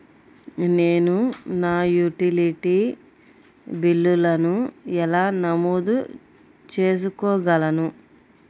నేను నా యుటిలిటీ బిల్లులను ఎలా నమోదు చేసుకోగలను?